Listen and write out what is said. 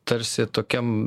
tarsi tokiam